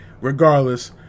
regardless